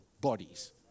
bodies